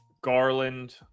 Garland